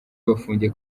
bafungiye